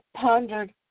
pondered